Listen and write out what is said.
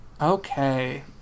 Okay